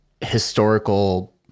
historical